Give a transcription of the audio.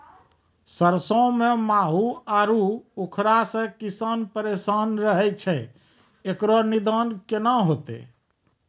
सरसों मे माहू आरु उखरा से किसान परेशान रहैय छैय, इकरो निदान केना होते?